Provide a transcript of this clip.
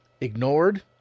ignored